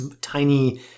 tiny